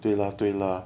对 lah 对 lah